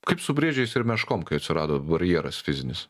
kaip su briedžiais ir meškom kai atsirado barjeras fizinis